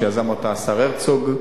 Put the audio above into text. שיזם השר הרצוג,